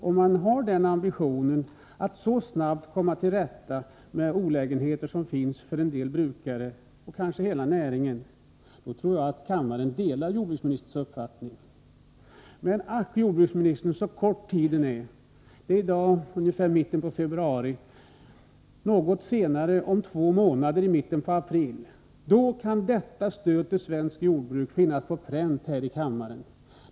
Om man har ambitionen att så snabbt komma till rätta med olägenheterna för en del brukare och kanske för hela näringen, tror jag att kammaren delar jordbruksministerns uppfattning. Men ack, jordbruksministern, så kort tiden är! Det är i dag ungefär mitten av februari. Om två månader, i mitten av april, kan stödet till svenskt jordbruk finnas på pränt här i kammaren.